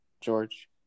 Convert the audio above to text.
George